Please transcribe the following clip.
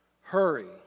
Hurry